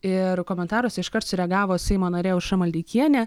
ir komentaruose iškart sureagavo seimo narė aušra maldeikienė